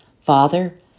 Father